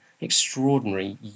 extraordinary